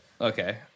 Okay